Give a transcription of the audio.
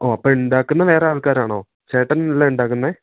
ഓ അപ്പോള് ഉണ്ടക്കുന്നത് വേറെയാൾക്കാരാണോ ചേട്ടനല്ലേ ഉണ്ടാക്കുന്നത്